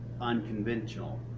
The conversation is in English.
unconventional